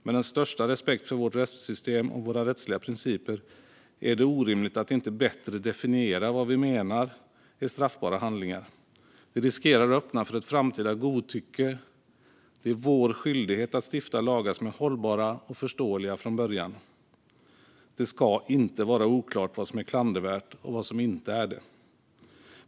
Med den största respekt för vårt rättssystem och våra rättsliga principer är det orimligt att inte bättre definiera vad vi menar är straffbara handlingar. Det riskerar att öppna för ett framtida godtycke. Det är vår skyldighet att stifta lagar som är hållbara och förståeliga från början. Det ska inte vara oklart vad som är klandervärt och vad som inte är det.